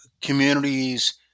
communities